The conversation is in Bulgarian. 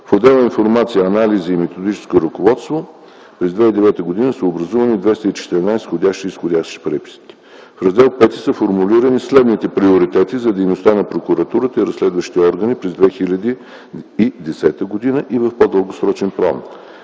В отдела “Информация, анализи и методическо ръководство” през 2009 г. са образувани 214 входящи и изходящи преписки. В Раздел V са формулирани следните приоритети за дейността на прокуратурата и разследващите орани през 2010 г. и в по-дългосрочен план: